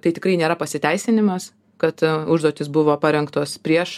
tai tikrai nėra pasiteisinimas kad užduotys buvo parengtos priešo